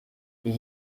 die